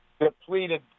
depleted